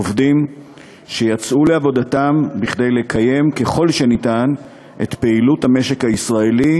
עובדים שיצאו לעבודתם כדי לקיים ככל האפשר את פעילות המשק הישראלי,